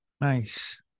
Nice